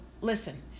listen